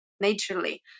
naturally